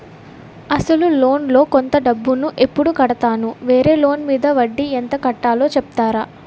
అసలు లోన్ లో కొంత డబ్బు ను ఎప్పుడు కడతాను? వేరే లోన్ మీద వడ్డీ ఎంత కట్తలో చెప్తారా?